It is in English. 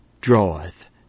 Draweth